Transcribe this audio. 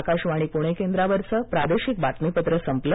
आकाशवाणी पुणे केंद्रावरचं प्रादेशिक बातमीपत्र संपलं